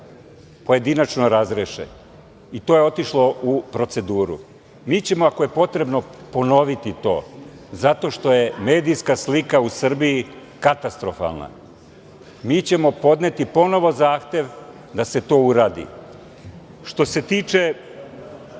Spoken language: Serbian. pojedinačno razreše i to je otišlo u proceduru. Mi ćemo, ako je potrebno, ponoviti to, zato što je medijska slika u Srbiji katastrofalna. Mi ćemo podneti ponovo zahtev da se to uradi. Ja sam